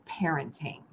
parenting